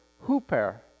hooper